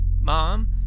Mom